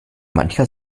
mancher